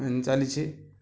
ଏ ଚାଲିଛି